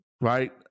Right